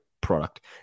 product